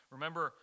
Remember